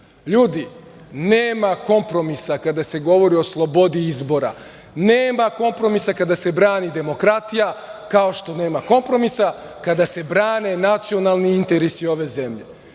Ljudi, nema kompromisa kada se govori o slobodi izbora. Nema kompromisa kada se brani demokratija, kao što nema kompromisa kada se brane nacionalni interesi ove zemlje. Danas